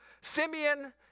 Simeon